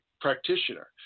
practitioner